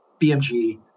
BMG